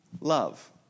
Love